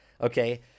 okay